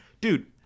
Dude